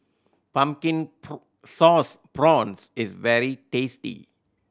Pumpkin Sauce Prawns is very tasty